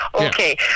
okay